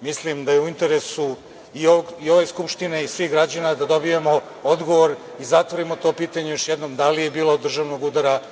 Mislim da je u interesu i ove Skupštine i svih građana da dobijemo odgovor i zatvorimo to pitanje još jednom – da li je bilo državnog udara,